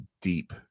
deep